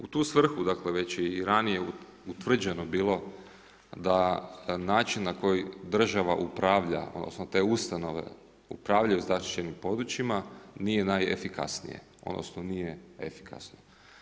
U tu svrhu, dakle, već je i ranije utvrđeno bilo da način na koji država upravlja odnosno te ustanove upravljaju zaštićenim područjima nije najefikasnije odnosno nije efikasno.